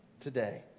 today